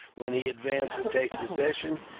when he advanced to take possession,